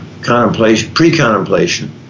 pre-contemplation